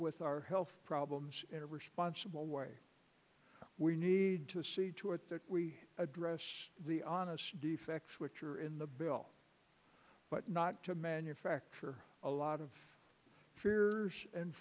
with our health problems in a responsible way we need to see to it that we address the honest defects which are in the bill but not to manufacture a lot of fear and